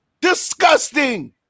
Disgusting